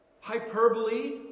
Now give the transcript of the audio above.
hyperbole